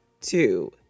two